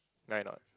right not